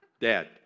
Dad